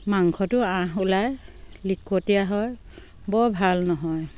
মাংসটো আঁহ ওলাই লিকটীয়া হয় বৰ ভাল নহয়